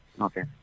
Okay